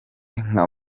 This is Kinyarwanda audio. nka